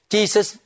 Jesus